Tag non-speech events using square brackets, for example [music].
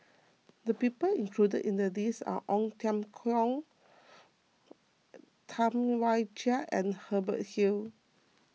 the people included in the list are Ong Tiong Khiam [hesitation] Tam Wai Jia and Hubert Hill